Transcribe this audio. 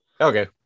Okay